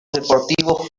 deportivos